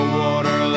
water